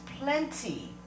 plenty